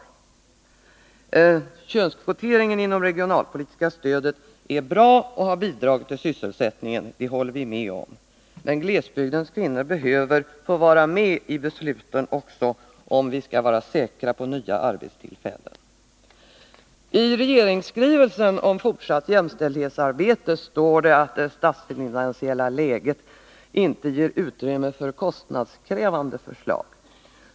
Könskvoteringen inom det regionalpolitiska stödet är bra och har bidragit till sysselsättningen. Det håller vi med om. Men glesbygdens kvinnor behöver få vara med också i besluten, om vi skall vara säkra på nya arbetstillfällen. I regeringsskrivelsen om fortsatt jämställdhetsarbete står det att det statsfinansiella läget inte ger utrymme för kostnadskrävande förslag.